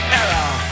error